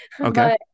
Okay